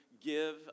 Give